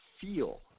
feel –